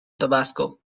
tabasco